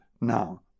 now